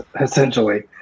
essentially